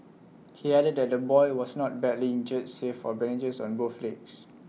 he added that the boy was not badly injured save for bandages on both legs